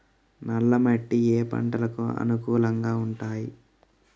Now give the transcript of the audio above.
నల్ల మట్టి ఏ ఏ పంటలకు అనుకూలంగా ఉంటాయి?